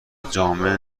جامعه